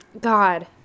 God